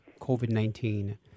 COVID-19